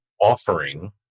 offering